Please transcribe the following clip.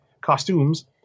costumes